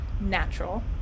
natural